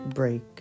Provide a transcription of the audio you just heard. break